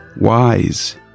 Wise